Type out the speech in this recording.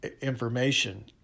information